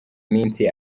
minsi